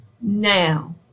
now